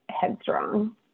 headstrong